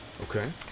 Okay